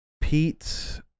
Pete